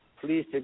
please